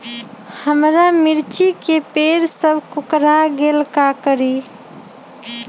हमारा मिर्ची के पेड़ सब कोकरा गेल का करी?